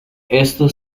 esto